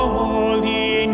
holy